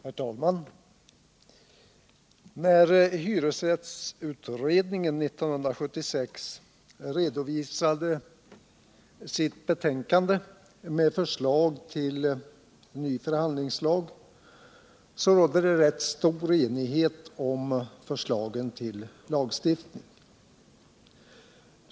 Herr talman! När hyresrättsutredningen 1976 redovisade sitt betänkande med förslag till ny förhandlingslag rådde det rätt stor enighet om förslagen till lagstiftning.